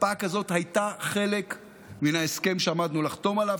הקפאה כזאת הייתה חלק מההסכם שעמדנו לחתום עליו,